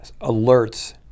alerts